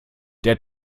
der